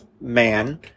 man